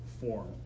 form